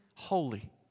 holy